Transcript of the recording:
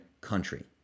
country